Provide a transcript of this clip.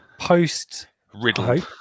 post-riddle